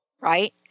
right